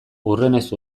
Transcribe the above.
hurrenez